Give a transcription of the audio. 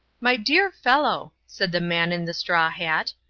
my dear fellow, said the man in the straw hat,